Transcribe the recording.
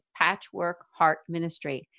patchworkheartministry